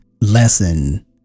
lesson